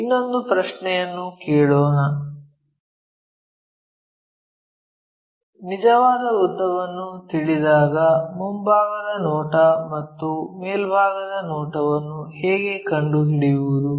ಇನ್ನೊಂದು ಪ್ರಶ್ನೆಯನ್ನು ಕೇಳೋಣ ನಿಜವಾದ ಉದ್ದವನ್ನು ತಿಳಿದಾಗ ಮುಂಭಾಗದ ನೋಟ ಮತ್ತು ಮೇಲ್ಭಾಗದ ನೋಟವನ್ನು ಹೇಗೆ ಕಂಡುಹಿಡಿಯುವುದು